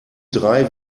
drei